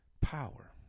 power